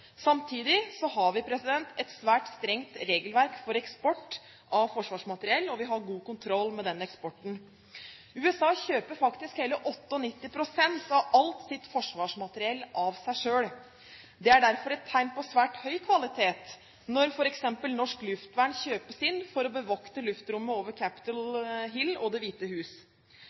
Samtidig har vi et svært strengt regelverk for eksport av forsvarsmateriell, og vi har god kontroll med den eksporten. USA kjøper faktisk hele 98 pst. av alt sitt forsvarsmateriell av seg selv. Det er derfor et tegn på svært høy kvalitet når f.eks. norsk luftvern kjøpes inn for å bevokte luftrommet over Capitol Hill og Det